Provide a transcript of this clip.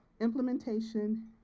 implementation